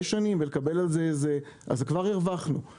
שנים ולקבל על זה וכולי אז כבר הרווחנו.